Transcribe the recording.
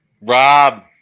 rob